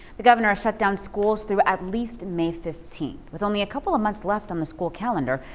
the governor shut down schools through at least may fifteen. with only a couple of months left on the school calendar,